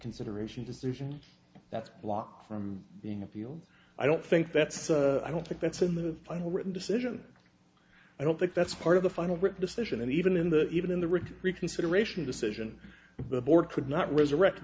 reconsideration decision that's blocked from being appealed i don't think that's i don't think that's in the final written decision i don't think that's part of the final written decision and even in the even in the written reconsideration decision the board could not resurrect